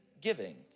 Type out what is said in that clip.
giving